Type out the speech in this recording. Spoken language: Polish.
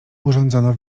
urządzono